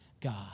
God